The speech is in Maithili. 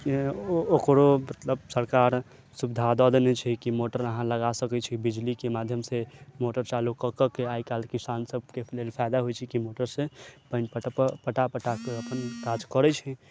ओकरो मतलब सरकार सुविधा दऽ देने छै कि मोटर अहाँ लगा सकै छी बिजलीके माध्यमसँ मोटर चालू कऽ कऽके आइ काल्हि किसान सबके लेल फायदा होइ छै कि मोटरसँ पानि पटबऽ पटा पटा कऽ अपन काज करै छै